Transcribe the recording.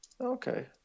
Okay